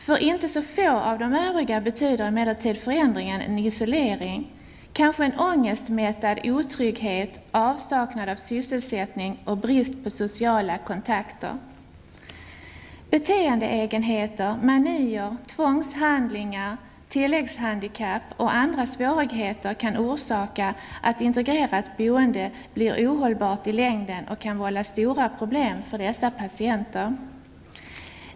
För inte så få av de övriga betyder emellertid förändringen en isolering, kanske en ångestmättad otrygghet, avsaknad av sysselsättning och brist på sociala kontakter. Beteendeegenheter, manier, tvångshandlingar, tilläggshandikapp och andra svårigheter kan orsaka att integrerat boende blir ohållbart i längden och kan vålla stora problem för dessa patienter.